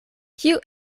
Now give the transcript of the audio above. kiu